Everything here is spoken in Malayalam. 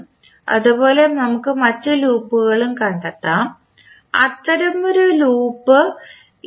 അതുപോലെ നമുക്ക് മറ്റ് ലൂപ്പുകളും കണ്ടെത്താം അത്തരമൊരു ലൂപ്പ് ഇതാണ്